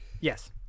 Yes